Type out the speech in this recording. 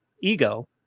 ego